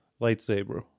lightsaber